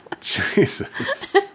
Jesus